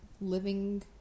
living